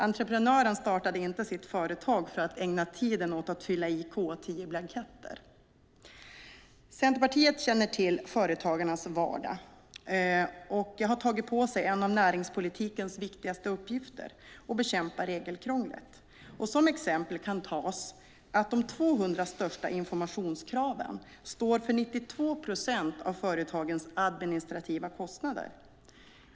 Entreprenören startade inte sitt företag för att ägna tiden åt att fylla i K10-blanketter. Centerpartiet känner till företagarnas vardag och har tagit på sig en av näringspolitikens viktigaste uppgifter, nämligen att bekämpa regelkrånglet. Som exempel kan nämnas att de 200 största informationskraven står för 92 procent av företagens administrativa kostnader.